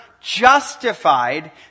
justified